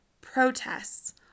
protests